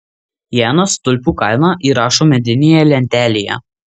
janas tulpių kainą įrašo medinėje lentelėje